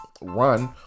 run